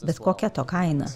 bet kokia to kaina